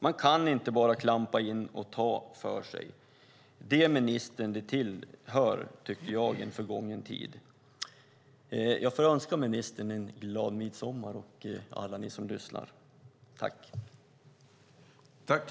Man kan inte bara klampa in och ta för sig. Det, ministern, tillhör en förgången tid. Jag får önska ministern och alla er som lyssnar en glad midsommar!